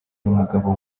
n’umugabo